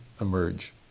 emerge